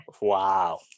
Wow